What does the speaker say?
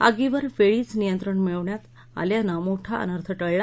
आगीवर वेळीच नियंत्रण मिळवण्यात आल्यानं मोठा अनर्थ टळला